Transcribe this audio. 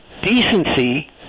decency